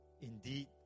indeed